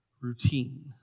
routine